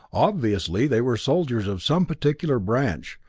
obviously they were soldiers of some particular branch,